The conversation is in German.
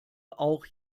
auch